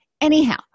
Anyhow